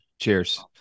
Cheers